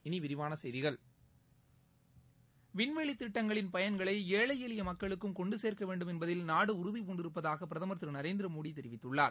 இனி விரிவான செய்திகள் விண்வெளி திட்டங்களின் பயன்களை ஏழை எளிய மக்களுக்கும் கொண்டு சேர்க்க வேண்டும் என்பதில் நாடு உறுதிபூண்டிருப்பதாக பிரதமர் திரு நரேந்திரமோடி தெரிவித்துள்ளார்